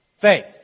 faith